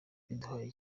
bidahuye